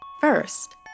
First